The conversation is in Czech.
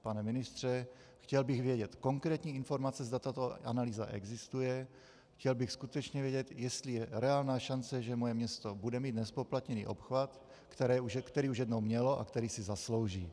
Pane ministře, chtěl bych vědět konkrétní informace, zda tato analýza existuje, chtěl bych skutečně vědět, jestli je reálná šance, že moje město bude mít nezpoplatněný obchvat, který už jednou mělo a který si zaslouží.